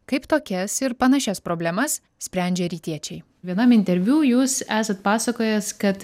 kaip tokias ir panašias problemas sprendžia rytiečiai vienam interviu jūs esat pasakojęs kad